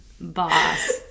boss